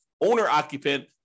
owner-occupant